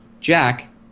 Jack